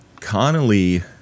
Connolly